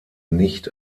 nicht